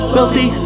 Wealthy